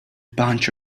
bunch